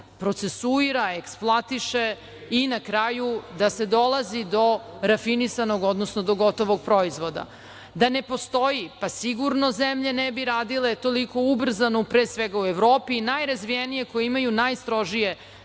procesuira, eksploatiše i na kraju da se dolazi do rafinisanog, odnosno do gotovog proizvoda. Da ne postoji, pa sigurno zemlje ne bi radile toliko ubrzano, pre svega u Evropi, najrazvijenije koje imaju najstrožije